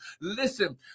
listen